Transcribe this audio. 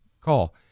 call